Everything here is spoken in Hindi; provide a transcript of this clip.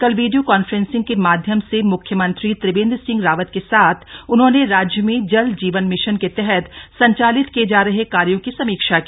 कल वीपियो कॉन्फ्रेंसिंग के माध्यम से म्ख्यमंत्री त्रिवेन्द्र सिंह रावत के साथ उन्होंने राज्य में जल जीवन मिशन के तहत संचालित किये जा रहे कार्यों की समीक्षा की